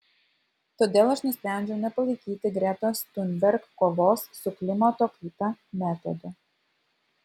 todėl aš nusprendžiau nepalaikyti gretos thunberg kovos su klimato kaita metodo